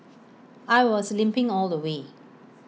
I was limping all the way